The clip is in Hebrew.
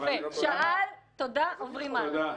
יפה, שאל, תודה, עוברים הלאה.